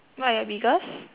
my biggest